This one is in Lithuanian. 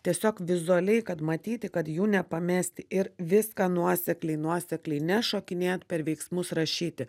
tiesiog vizualiai kad matyti kad jų nepamesti ir viską nuosekliai nuosekliai nešokinėt per veiksmus rašyti